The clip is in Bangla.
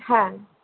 হ্যাঁ